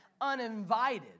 uninvited